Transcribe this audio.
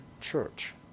church